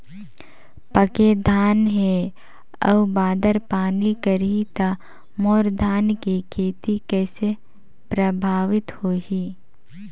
पके धान हे अउ बादर पानी करही त मोर धान के खेती कइसे प्रभावित होही?